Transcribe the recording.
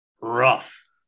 Rough